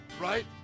Right